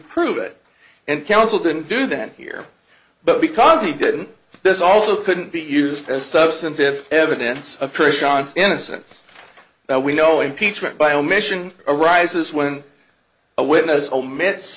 prove it and counsel didn't do that here but because he did this also couldn't be used as substantive evidence of pressure on innocent we know impeachment by omission arises when a witness omit